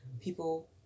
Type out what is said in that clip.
People